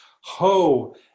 Ho